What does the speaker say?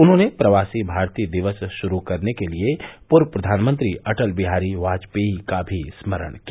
उन्होंने प्रवासी भारतीय दिवस शुरू करने के लिए पूर्व प्रधानमंत्री अटल बिहारी वाजपेयी का भी स्मरण किया